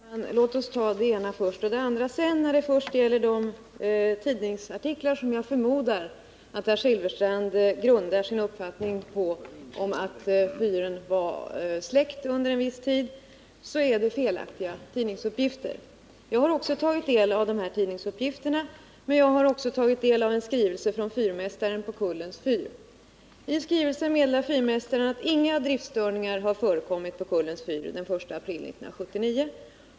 Herr talman! Låt oss ta det ena först och det andra sedan. De tidningsartiklar, på vilka jag förmodar att herr Silfverstrand grundar sin uppfattning att fyren var släckt under en viss tid, är felaktiga. Jag har också tagit del av dessa tidningsuppgifter. Men jag har även tagit del av en skrivelse från fyrmästaren på Kullens fyr. I skrivelsen meddelar fyrmästaren att inga driftstörningar har förekommit på Kullens fyr den 1 april 1979.